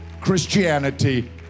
Christianity